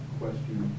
question